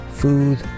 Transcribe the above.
food